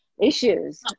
issues